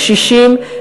קשישים,